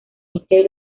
michel